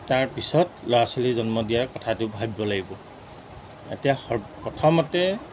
তাৰপিছত ল'ৰা ছোৱালী জন্ম দিয়াৰ কথাটো ভাবিব লাগিব এতিয়া প্ৰথমতে